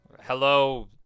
hello